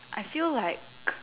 I feel like